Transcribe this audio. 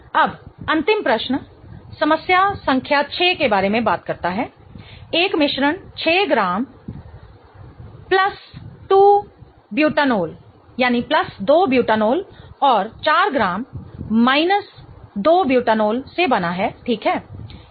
अब अंतिम प्रश्न समस्या संख्या 6 के बारे में बात करता है एक मिश्रण 6 ग्राम 2 बुटानोल 2 Butanol और 4 ग्राम 2 बुटानोल 2 Butanol से बना है ठीक है